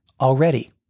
already